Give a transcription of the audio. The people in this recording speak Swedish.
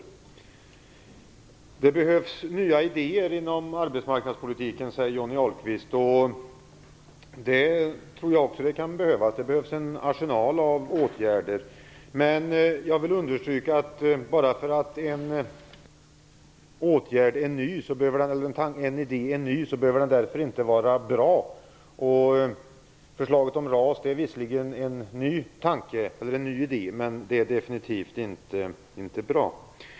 Johnny Ahlqvist säger att det behövs nya idéer inom arbetsmarknadspolitiken. Jag tror också att det kan behövas. Det behövs en arsenal av åtgärder, men jag vill understryka att bara för att en idé är ny behöver den inte vara bra. Förslaget om RAS är visserligen en ny idé, men det är definitivt inte bra.